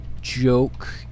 joke